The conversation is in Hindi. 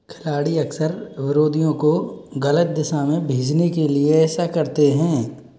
खिलाड़ी अक्सर विरोधियों को गलत दिशा में भेजने के लिए ऐसा करते हैं